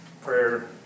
Prayer